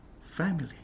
Family